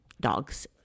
dogs